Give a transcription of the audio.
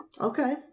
Okay